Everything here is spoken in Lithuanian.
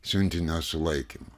siuntinio sulaikymo